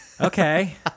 Okay